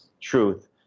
truth